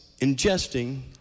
ingesting